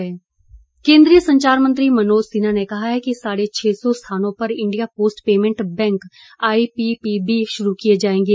India post केंद्रीय संचार मंत्री मनोज सिन्हा ने कहा है कि साढे छह सौ स्थानों पर India post payment bank I P P B शुरू किए जाएंगे